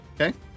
Okay